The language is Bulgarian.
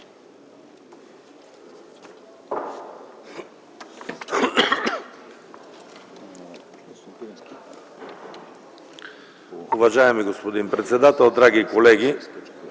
Уважаеми господин председател, драги колеги,